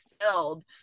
filled